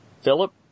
Philip